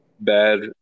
Bad